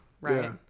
right